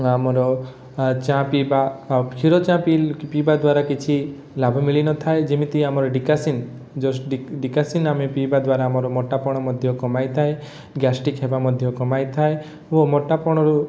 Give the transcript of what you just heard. ଓ ଆମର ଚା' ପିଇବା କ୍ଷୀର ଚା' ପିଇବା ଦ୍ଵାରା ଆମର କିଛି ଲାଭ ମିଳିନଥାଏ ଯେମିତି ଆମର ଡିକାସିନ୍ ଡିକାସିନ୍ ଆମେ ପିଇବା ଦ୍ଵାରା ଆମର ମୋଟାପଣ ମଧ୍ୟ କମାଇଥାଏ ଗ୍ୟାଷ୍ଟ୍ରିକ୍ ହେବା ମଧ୍ୟ କମାଇଥାଏ ଓ ମୋଟାପଣରୁ